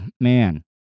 man